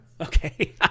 Okay